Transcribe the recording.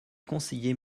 conseiller